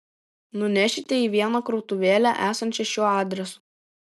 nunešite į vieną krautuvėlę esančią šiuo adresu